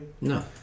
No